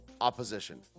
opposition